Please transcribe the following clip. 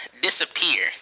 disappear